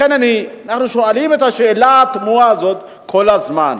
לכן אנחנו שואלים את השאלה התמוהה הזאת כל הזמן.